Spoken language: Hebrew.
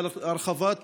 הרחבת ההשתלמויות,